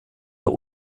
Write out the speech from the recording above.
der